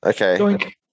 okay